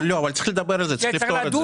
אבל צריך לדבר על זה, צריך לפתור את זה.